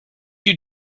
you